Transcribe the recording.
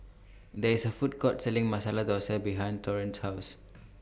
There IS A Food Court Selling Masala Dosa behind Torrent House